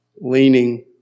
leaning